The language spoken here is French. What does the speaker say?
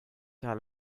car